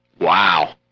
Wow